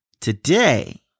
Today